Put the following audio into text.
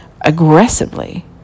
aggressively